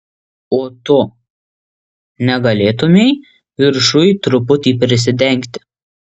o tu negalėtumei viršuj truputį prisidengti